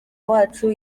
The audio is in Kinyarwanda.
wacu